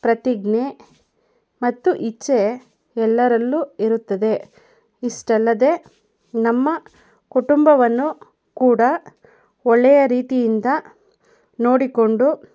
ಪ್ರತಿಜ್ಞೆ ಮತ್ತು ಇಚ್ಛೆ ಎಲ್ಲರಲ್ಲೂ ಇರುತ್ತದೆ ಇಷ್ಟಲ್ಲದೆ ನಮ್ಮ ಕುಟುಂಬವನ್ನು ಕೂಡ ಒಳ್ಳೆಯ ರೀತಿಯಿಂದ ನೋಡಿಕೊಂಡು